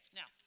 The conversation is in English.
now